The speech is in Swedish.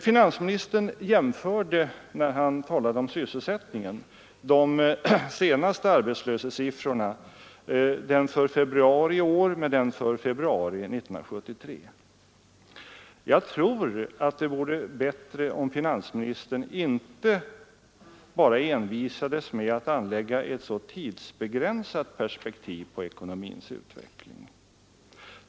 Finansministern jämförde, när han talade om sysselsättningen, den senaste arbetslöshetssiffran, nämligen siffran under februari i år, med den för februari 1973. Jag tror det vore bättre om finansministern inte envisades med att anlägga ett så tidsbegränsat perspektiv på ekonomins utveckling.